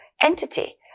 entity